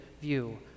view